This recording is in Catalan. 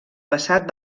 passat